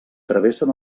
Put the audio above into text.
travessen